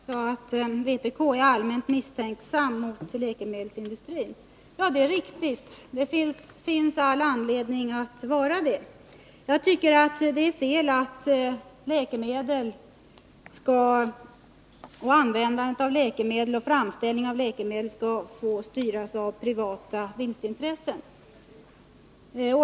Herr talman! Gabriel Romanus sade att vi inom vpk är allmänt misstänksamma mot läkemedelsindustrin. Det är riktigt, och det finns all anledning att vara det. Jag tycker att det är fel att användandet av läkemedel och framställningen av dem skall få styras av privata vinstintressen.